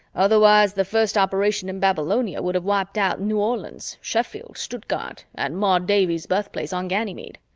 otherwise the first operation in babylonia would have wiped out new orleans, sheffield, stuttgart, and maud davies' birthplace on ganymede!